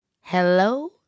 Hello